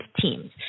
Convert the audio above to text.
teams